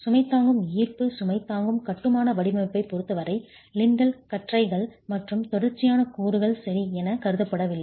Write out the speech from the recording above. சுமை தாங்கும் ஈர்ப்பு சுமை தாங்கும் கட்டுமான வடிவமைப்பைப் பொருத்தவரை லிண்டல் கற்றைகள் மற்றும் தொடர்ச்சியான கூறுகள் சரி என கருதப்படவில்லை